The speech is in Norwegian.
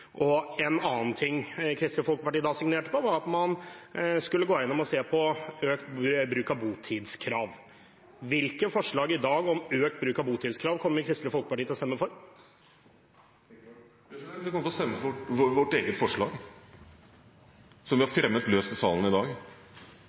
asylsøkere. En annen ting Kristelig Folkeparti signerte på, var at man skulle gå gjennom og se på økt bruk av botidskrav. Hvilke forslag i dag om økt bruk av botidskrav kommer Kristelig Folkeparti til å stemme for? Vi kommer til å stemme for vårt eget forslag, som vi har